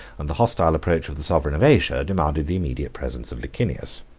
and the hostile approach of the sovereign of asia demanded the immediate presence of licinius